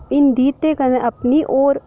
हिंदी ते कदें अपनी होर